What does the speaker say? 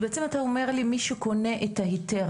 אז בעצם אתה אומר לי שמי שקונה את ההיתר,